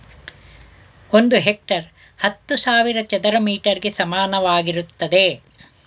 ಒಂದು ಹೆಕ್ಟೇರ್ ಹತ್ತು ಸಾವಿರ ಚದರ ಮೀಟರ್ ಗೆ ಸಮಾನವಾಗಿರುತ್ತದೆ